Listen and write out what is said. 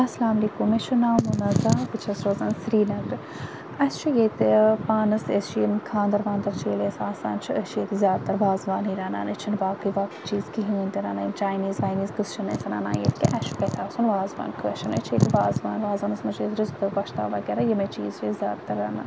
السَلامُ علیکُم مےٚ چھُ ناو مُنَزا بہٕ چھَس روزان سرینَگرٕ اَسہِ چھُ ییٚتہِ پانَس أسۍ چھِ یِم خانٛدَر وانٛدَر چھِ ییٚلہِ اَسہِ آسان چھِ أسۍ چھِ ییٚتہِ زیادٕ تَر وازوانٕے رَنان أسۍ چھِ نہٕ باقٕے باقٕے چیٖز کِہیٖنۍ تہِ رَنان یِم چاینیٖز واینیٖز قٕصہٕ چھِ نہٕ أسۍ رَنان ییٚتہِ کینٛہہ اَسہِ چھُ گَژھِ آسُن وازوان کٲشرٮ۪ن أسۍ چھُ ییٚتہِ وازوان وازوانَس مَنٛز چھُ رِستہٕ گۄشتاب وَغیرہ یِمے چیٖز چھِ أسۍ زیادٕ تَر رَنان